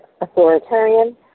authoritarian